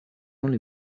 only